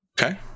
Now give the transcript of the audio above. Okay